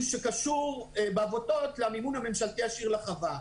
שקשור בעבותות למימון הממשלתי הישיר לחווה.